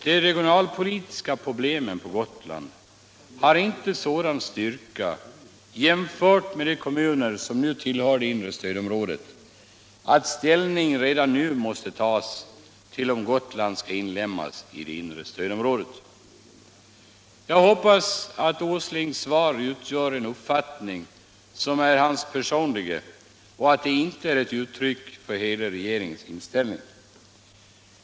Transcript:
”De regionalpolitiska problemen på Gotland har inte sådan styrka — jämfört med de kommuner som nu tillhör inre stödområdet — att ställning redan nu måste tas till om Gotland skall inlemmas i det inre stödområdet.” Jag hoppas att herr Åslings svar bara är hans personliga uppfattning och inte ett uttryck för hela regeringens inställning.